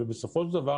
ובסופו של דבר